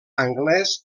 anglès